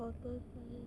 otter size